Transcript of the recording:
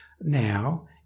now